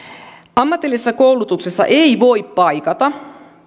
ammatillisessa koulutuksessa ei voi paikata